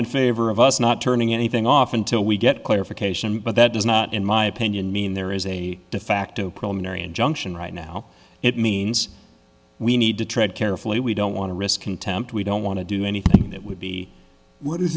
in favor of us not turning anything off until we get clarification but that does not in my opinion mean there is a de facto preliminary injunction right now it means we need to tread carefully we don't want to risk contempt we don't want to do anything that would be what is